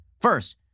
First